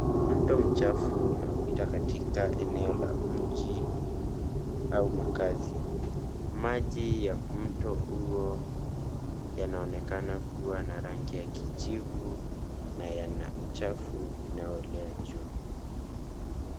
Mto mchafu unaopita katika eneo la mji au makaazi. Maji ya mto huo yanaonekana kuwa na rangi ya kijivu na yana uchafu unaoelea juu.